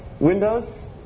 Windows